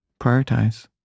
prioritize